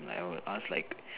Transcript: like I will ask like